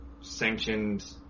sanctioned